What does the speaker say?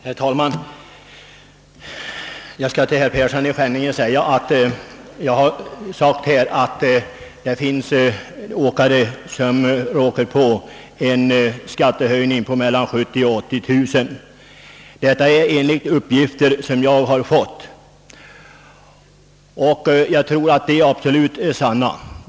Herr talman! Jag vill svara herr Persson i Skänninge med att framhålla att jag sagt att det finns åkare, som kommer att råka ut för en skattehöjning på mellan 70 000 och 80000 kronor. Jag har fått dessa uppgifter och jag tror absolut att de är sanna.